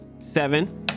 Seven